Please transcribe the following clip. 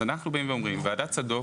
אנחנו אומרים שוועדת צדוק